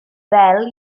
ddel